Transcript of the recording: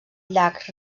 llacs